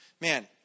man